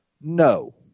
No